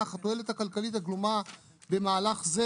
אך התועלת הכלכלית הגלומה במהלך זה,